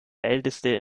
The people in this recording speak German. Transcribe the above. älteste